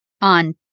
on